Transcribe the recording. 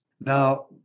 Now